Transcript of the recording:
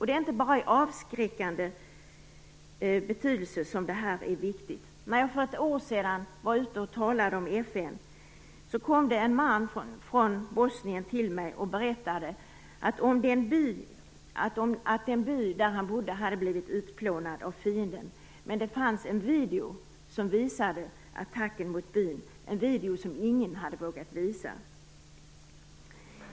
Det är inte bara i avskräckande syfte som det här är viktigt. När jag för ett år sedan var ute och talade om FN, kom det fram en man från Bosnien till mig och berättade att den by där han bodde hade blivit utplånad av fienden, men att det fanns en video som visade attacken mot byn. Det var en video som ingen hade vågat visa.